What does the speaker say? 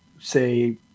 say